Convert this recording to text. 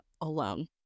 alone